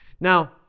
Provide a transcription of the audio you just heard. Now